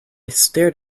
stared